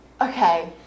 Okay